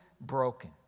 broken